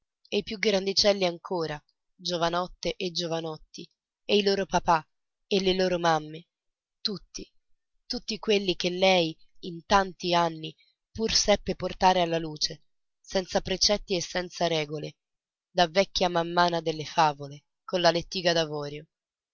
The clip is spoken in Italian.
e i più grandicelli ancora giovanette e giovanotti e i loro papà e le loro mamme tutti tutti quelli che lei in tanti anni pur seppe portare alla luce senza precetti e senza regole da vecchia mammana delle favole con la lettiga